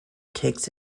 takes